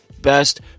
best